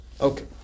Okay